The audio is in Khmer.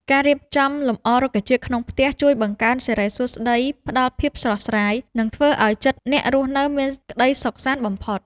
ការរៀបចំលម្អរុក្ខជាតិក្នុងផ្ទះជួយបង្កើនសិរីសួស្តី ផ្តល់ភាពស្រស់ស្រាយ និង ធ្វើឱ្យចិត្តអ្នករស់នៅមានក្តីសុខសាន្តបំផុត។